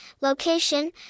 location